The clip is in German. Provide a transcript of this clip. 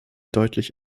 deutlich